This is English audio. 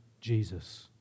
Jesus